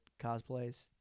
cosplays